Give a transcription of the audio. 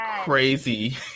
crazy